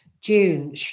June